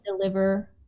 deliver